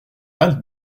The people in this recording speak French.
all